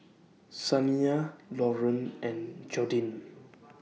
Saniyah Lauren and Jordin